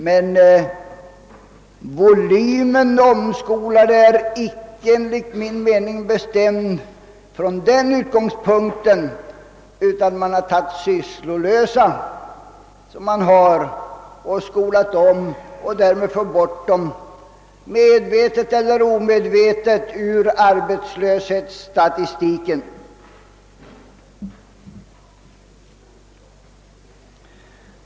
Men volymen omskolade har enligt min mening icke bestämts från någon sådan utgångspunkt, utan man har tagit de sysslolösa som finns och skolat om dem och därigenom — medvetet eller omedvetet — fått bort dem ur arbetslöshetsstatistiken.